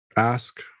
Ask